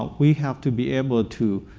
ah we have to be able to,